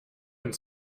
and